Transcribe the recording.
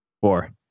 Four